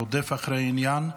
רודף אחרי העניין.